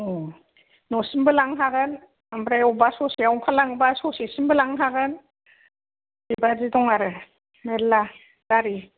न' सिमबो लांनो हागोन ओमफ्राय अबेबा ससेयाव ओंखारलाङोबा ससे सिमबो लांनो हागोन बेबादि दं आरो मेरला गारि